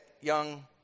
young